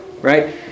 right